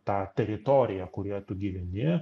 tą teritoriją kurioje tu gyveni